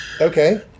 Okay